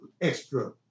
extra